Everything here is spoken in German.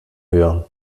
hören